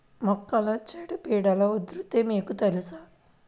మొక్కలలో చీడపీడల ఉధృతి మీకు తెలుసా?